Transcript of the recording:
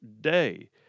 day